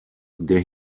der